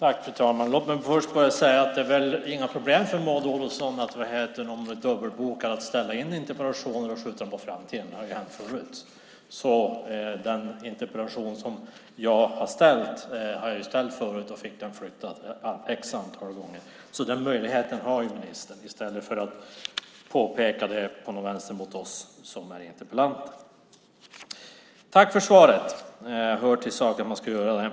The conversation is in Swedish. Fru talman! Låt mig först säga att det väl inte är några problem för Maud Olofsson vid dubbelbokning att ställa in interpellationssvar och skjuta dem på framtiden. Det har hänt förut. Den interpellation som jag har ställt har jag ställt förut och fick den flyttad ett antal gånger. Så den möjligheten har ju ministern i stället för att påpeka det på något sätt mot oss som är interpellanter. Jag tackar för svaret. Det hör till saken att man ska göra det.